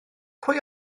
pwy